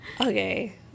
okay